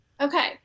Okay